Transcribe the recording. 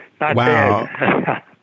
Wow